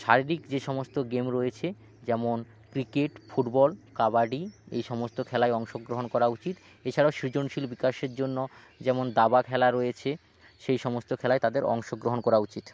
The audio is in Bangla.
শারীরিক যেসমস্ত গেম রয়েছে যেমন ক্রিকেট ফুটবল কাবাডি এই সমস্ত খেলায় অংশগ্রহণ করা উচিত এছাড়াও সৃজনশীল বিকাশের জন্য যেমন দাবা খেলা রয়েছে সেই সমস্ত খেলায় তাদের অংশগ্রহণ করা উচিত